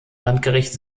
landgericht